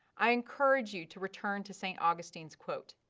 i encourage you to return to st. augustine's quote,